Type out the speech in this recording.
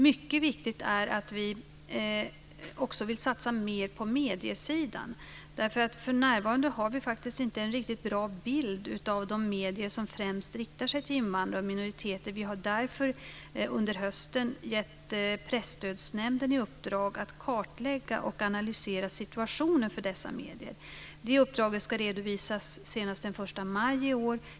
Mycket viktigt är att vi också vill satsa mer på mediesidan. För närvarande har vi faktiskt inte en riktigt bra bild av de medier som främst riktar sig till invandrare och minoriteter. Vi har därför under hösten gett Presstödsnämnden i uppdrag att kartlägga och analysera situationen för dessa medier. Detta uppdrag ska redovisas senast den 1 maj i år.